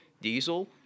diesel